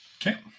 Okay